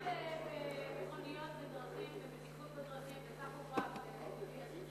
הוא מומחה במכוניות ודרכים ובטיחות בדרכים, ו-GPS.